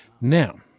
Now